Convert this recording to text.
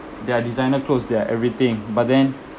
they are designer clothes they are everything but then